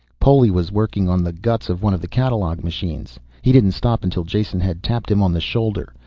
poli was working on the guts of one of the catalogue machines. he didn't stop until jason had tapped him on the shoulder.